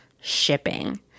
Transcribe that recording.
shipping